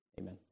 Amen